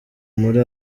muri